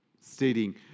stating